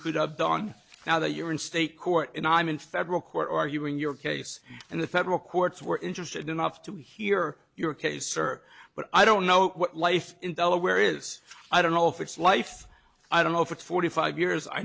could of done now that you're in state court and i'm in federal court arguing your case and the federal courts were interested enough to hear your case sir but i don't know what life in delaware is i don't know if it's life i don't know if it's forty five years i